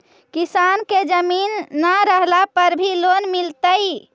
किसान के जमीन न रहला पर भी लोन मिलतइ?